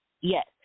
Yes